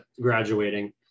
graduating